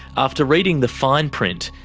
after reading the fine print,